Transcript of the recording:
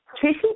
Tracy